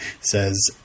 says